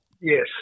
Yes